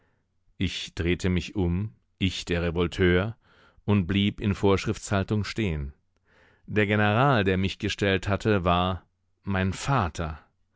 ich drehte mich um ich der revolteur und blieb in vorschriftshaltung stehen der general der mich gestellt hatte war mein vater